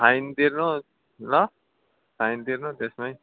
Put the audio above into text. fine तिर्नु ल fine तिर्नु त्यसमै